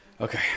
Okay